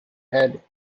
head